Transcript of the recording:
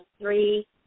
three